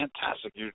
fantastic